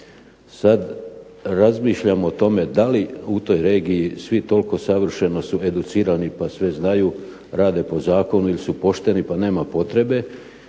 Sad razmišljam o tome da li u toj regiji svi toliko savršeno su educirani pa sve znaju, rade po zakonu ili su pošteni pa nema potrebe